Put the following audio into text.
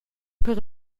per